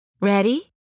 Ready